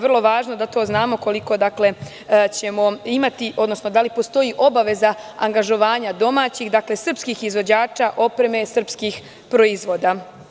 Vrlo je važno da to znamo, koliko ćemo imati, odnosno da li postoji obaveza angažovanja domaćih srpskih izvođača, opreme i srpskih proizvoda.